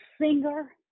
singer